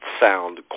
sound